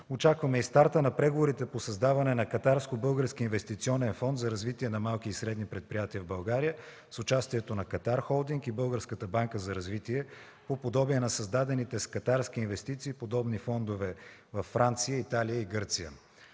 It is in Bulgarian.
Очакваме и старта на преговорите по създаване на Катарско-български инвестиционен фонд за развитие на малки и средни предприятия в България с участието на „Катар холдинг” и Българската банка за развитие по подобие на създадените с катарски инвестиции подобни фондове във Франция, Италия и Гърция.